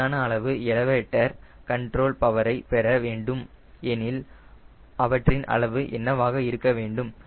சரியான அளவு elevator control பவரை பெற வேண்டும் எனில் அவற்றின் அளவு என்னவாக இருக்க வேண்டும்